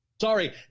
Sorry